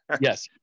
Yes